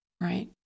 right